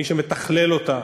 מי שמתכלל אותה,